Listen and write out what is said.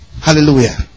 Hallelujah